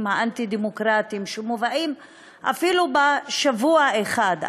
האנטי-דמוקרטיים שמובאים אפילו בשבוע אחד,